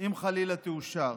אם חלילה תאושר.